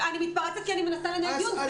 אני מתפרצת כי אני מנסה לנהל דיון.